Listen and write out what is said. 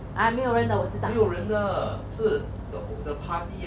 ah 没有人的